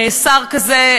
שר כזה,